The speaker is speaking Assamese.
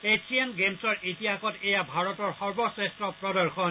এছিয়ান গেম্ছৰ ইতিহাসত এয়া ভাৰতৰ সৰ্বশ্ৰেষ্ঠ প্ৰদৰ্শন